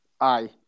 Aye